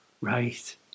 Right